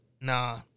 Nah